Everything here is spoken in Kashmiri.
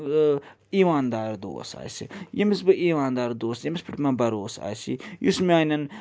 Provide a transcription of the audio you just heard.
ایمان دار دوس آسہِ ییٚمِس بہٕ ایمان دار دوس ییٚمِس پٮ۪ٹھ مےٚ بروسہٕ آسہِ یُس میٛانٮ۪ن